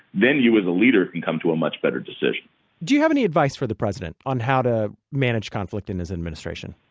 then you as the leader and come to a much better decision do you have any advice for the president on how to manage conflict in his administration?